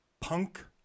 punk